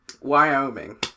Wyoming